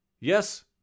Yes